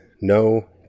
no